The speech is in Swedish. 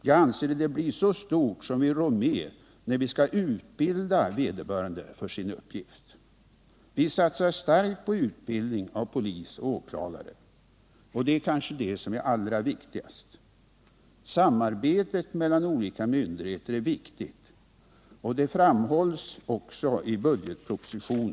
Jag anser att det blir så stort som vi rår med, när vi skall utbilda vederbörande för sin uppgift. Vi satsar starkt på utbildning av poliser och åklagare — och det är kanske det allra viktigaste. Samarbetet mellan olika myndigheter är väsentligt, och detta framhålls också i budgetpropositionen.